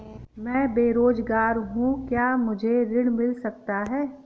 मैं बेरोजगार हूँ क्या मुझे ऋण मिल सकता है?